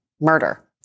murder